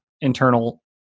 internal